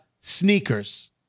sneakers